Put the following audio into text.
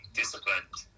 disciplined